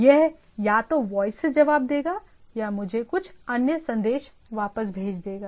यह या तो वॉइस से जवाब देगा या मुझे कुछ अन्य संदेश वापस भेज देगा